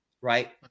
right